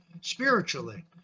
spiritually